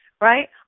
right